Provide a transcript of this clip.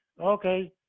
Okay